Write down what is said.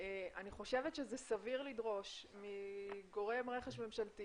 אני חושבת שסביר לדרוש מגורם רכש ממשלתי